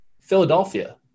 Philadelphia